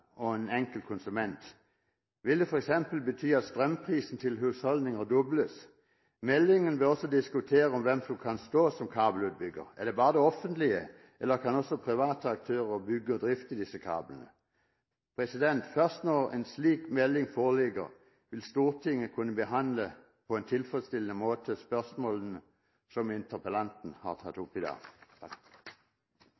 konsument. Vil det f.eks. bety at strømprisen til husholdninger dobles? I meldingen bør det også diskuteres hvem som kan stå som kabelutbygger. Er det bare det offentlige, eller kan også private aktører bygge og drifte disse kablene? Først når en slik melding foreligger, vil Stortinget kunne behandle spørsmålene som interpellanten har tatt opp i dag, på en tilfredsstillende måte.